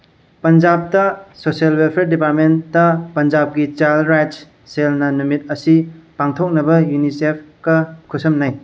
ꯄꯟꯖꯥꯕꯇ social welfare department ꯄꯟꯖꯥꯕꯀꯤ child rights ꯁꯦꯜꯅ ꯅꯨꯃꯤꯠ ꯑꯁꯤ ꯄꯥꯡꯊꯣꯛꯅꯕ ꯌꯨꯅꯤꯁꯦꯞꯀ ꯈꯨꯠꯁꯝꯅꯩ